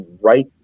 right